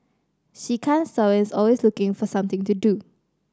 she can't stop and is always looking for something to do